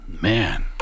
Man